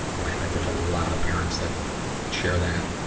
boy, i bet there's a lot of parents that share that.